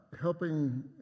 helping